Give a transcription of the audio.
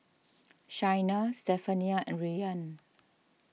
Shayna Stephania and Rian